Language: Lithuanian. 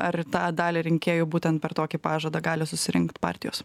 ar tą dalį rinkėjų būtent per tokį pažadą gali susirinkt partijos